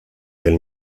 del